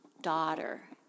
daughter